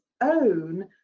own